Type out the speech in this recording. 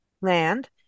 land